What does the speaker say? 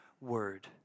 word